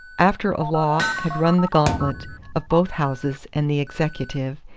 after a law had run the gantlet of both houses and the executive,